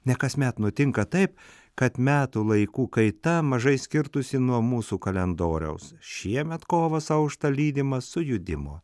ne kasmet nutinka taip kad metų laikų kaita mažai skirtųsi nuo mūsų kalendoriaus šiemet kovas aušta lydimas sujudimo